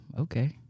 Okay